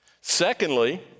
Secondly